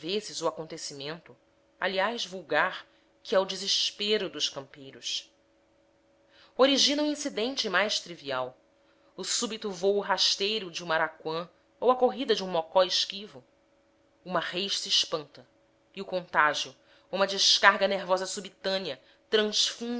o acontecimento aliás vulgar que é o desespero dos campeiros origina o o incidente mais trivial o súbito vôo rasteiro de uma araquã ou a corrida de um mocó esquivo uma rês se espanta e o contágio uma descarga nervosa subitânea